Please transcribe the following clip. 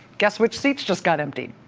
guess which seat just got emptied?